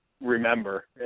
remember